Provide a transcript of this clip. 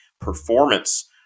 performance